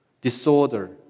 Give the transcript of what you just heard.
disorder